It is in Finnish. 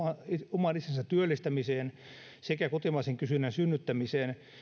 oman itsensä työllistämiseen sekä kotimaisen kysynnän synnyttämiseen